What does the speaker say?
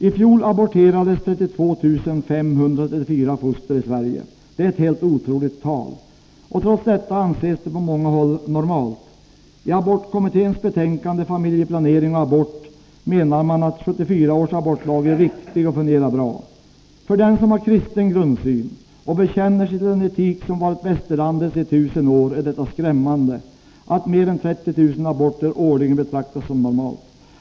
I fjol aborterades 32 534 foster i Sverige. Det är ett helt otroligt tal. Trots detta anses det på många håll normalt. I abortkommitténs betänkande Familjeplanering och abort menar man att 1974 års abortlag är riktig och fungerar bra. För den som har kristen grundsyn och bekänner sig till den etik som varit västerlandets i tusen år är det skrämmande att mer än 30 000 aborter årligen betraktas som normalt.